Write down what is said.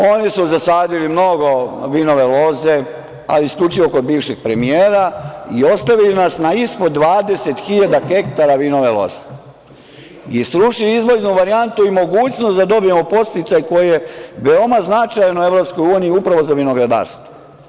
Oni su zasadili mnogo vinove loze, ali isključivo kod bivšeg premijera i ostavili nas ispod 20.000 ha vinove loze i srušili izvoznu varijantu i mogućnost da dobijemo podsticaj koji je veoma značajan u EU upravo za vinogradarstvo.